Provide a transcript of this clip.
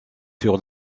sur